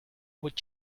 would